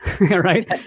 Right